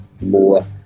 more